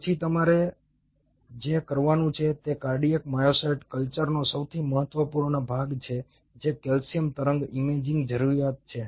પછી તમારે જે કરવાનું છે તે કાર્ડિયાક માયોસાઇટ કલ્ચરનો સૌથી મહત્વપૂર્ણ ભાગ છે જે કેલ્શિયમ તરંગ ઇમેજિંગની જરૂરિયાત છે